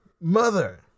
Mother